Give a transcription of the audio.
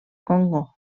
congo